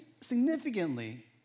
significantly